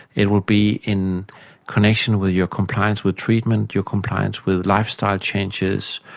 it will be in connection with your compliance with treatment, your compliance with lifestyle changes,